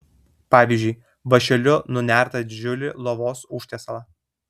pavyzdžiui vąšeliu nunertą didžiulį lovos užtiesalą